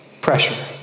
pressure